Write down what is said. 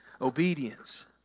obedience